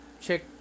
Check